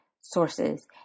sources